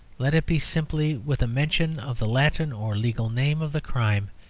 let it be simply with a mention of the latin or legal name of the crime,